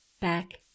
back